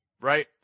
right